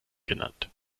genannt